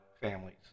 families